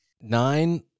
Nine